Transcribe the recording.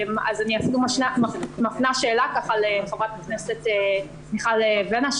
אני מפנה שאלה לחברת הכנסת מיכל וונש,